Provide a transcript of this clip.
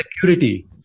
security